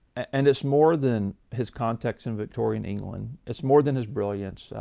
and it's more than his contacts in victorian england. it's more than his brilliance.